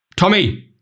Tommy